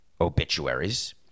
obituaries